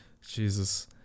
Jesus